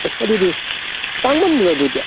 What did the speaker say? ꯑꯁ ꯑꯗꯨꯗꯤ ꯇꯥꯡꯃꯟꯗ꯭ꯔꯣ ꯑꯗꯨꯗꯤ